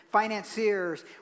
financiers